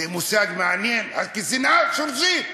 זה מושג מעניין, כי השנאה שורשית.